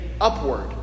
upward